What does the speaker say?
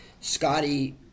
Scotty